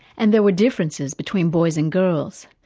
and there were differences between boys and girls.